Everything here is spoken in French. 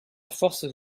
force